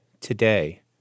today